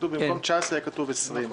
במקום "2019" יהיה כתוב "2020".